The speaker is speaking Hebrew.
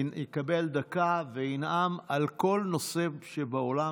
יקבל דקה וינאם על כל נושא שבעולם